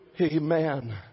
Amen